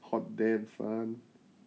hot dance son